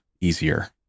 easier